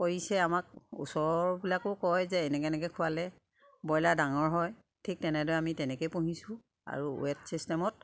কৰিছে আমাক ওচৰবিলাকো কয় যে এনেকে এনেকে খোৱালে ব্ৰইলাৰ ডাঙৰ হয় ঠিক তেনেদৰে আমি তেনেকে পুহিছোঁ আৰু ৱেট ছিষ্টেমত